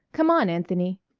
come on, anthony!